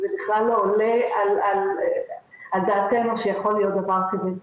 זה בכלל לא עולה על דעתנו שיכול להיות דבר כזה,